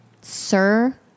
sir